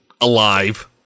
alive